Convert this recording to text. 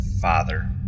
Father